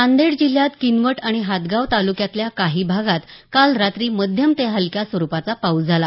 नांदेड जिल्ह्यात किनवट आणि हदगाव तालुक्यातल्या काही भागांत काल रात्री मध्यम ते हलक्या स्वरुपाचा पाऊस झाला